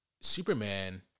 Superman